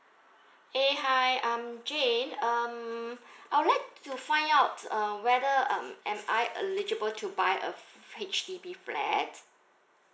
hey hi I'm jane um I would like to find out uh whether um am I eligible to buy a H_D_B flat